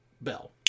bell